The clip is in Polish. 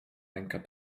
ręka